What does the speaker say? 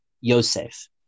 Yosef